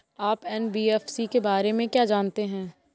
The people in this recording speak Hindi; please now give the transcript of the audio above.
आप एन.बी.एफ.सी के बारे में क्या जानते हैं?